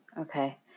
Okay